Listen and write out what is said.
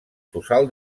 tossal